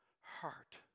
heart